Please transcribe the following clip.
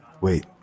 Wait